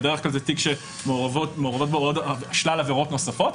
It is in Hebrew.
בדרך כלל זה תיק שמעורבות בו שלל עבירות נוספות,